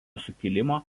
sukilimo